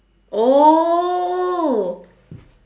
oh